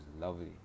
lovely